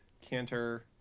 canter